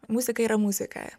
muzika yra muzika